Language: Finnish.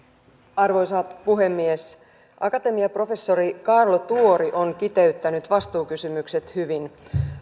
arvoisa puhemies akatemiaprofessori kaarlo tuori on kiteyttänyt vastuukysymykset hyvin